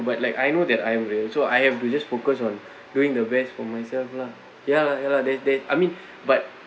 but like I know that I'm real so I have to just focus on doing the best for myself lah ya lah ya lah there there I mean but